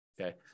okay